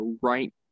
right